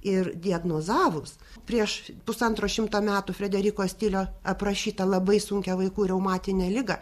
ir diagnozavus prieš pusantro šimto metų frederiko stilio aprašytą labai sunkią vaikų reumatinę ligą